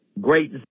great